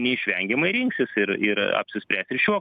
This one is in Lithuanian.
neišvengiamai rinksis ir ir apsispręst ir šiuo